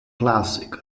classic